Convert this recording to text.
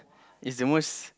it's the most